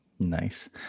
Nice